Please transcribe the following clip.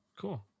cool